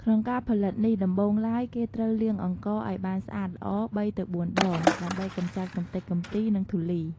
ក្នុងការផលិតនេះដំបូងឡើយគេត្រូវ លាងអង្ករឲ្យបានស្អាតល្អ ៣-៤ ដង ដើម្បីកម្ចាត់កម្ទេចកំទី និងធូលី។